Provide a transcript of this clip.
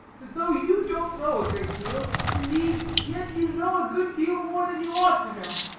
that though you don't know a great deal, indeed, yet you know a good deal more than you ought to know,